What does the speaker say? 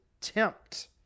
tempt